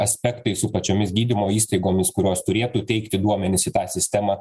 aspektai su pačiomis gydymo įstaigomis kurios turėtų teikti duomenis į tą sistemą